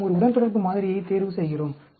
நாம் ஒரு உடன்தொடர்பு மாதிரியைத் தேர்வு செய்கிறோம்